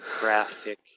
graphic